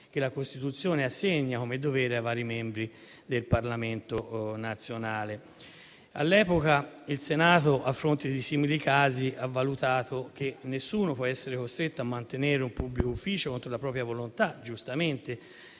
che la Costituzione assegna come dovere ai vari membri del Parlamento nazionale. All'epoca il Senato, a fronte di simili casi, ha valutato che nessuno può essere costretto a mantenere un pubblico ufficio contro la propria volontà, giustamente